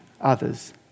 others